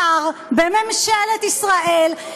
שר בממשלת ישראל,